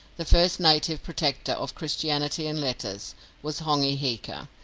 the first native protector of christianity and letters was hongi hika,